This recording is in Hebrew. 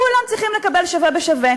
כולם צריכים לקבל שווה בשווה.